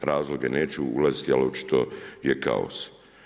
U razloge neću ulaziti ali očito je kaos.